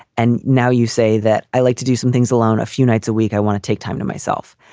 and now you say that i like to do some things alone a few nights a week. i want to take time to myself.